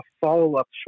follow-up